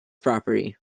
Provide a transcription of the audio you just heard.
property